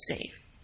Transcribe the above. safe